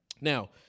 Now